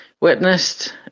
witnessed